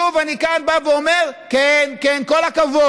שוב, אני כאן בא ואומר: כן, כן, כל הכבוד,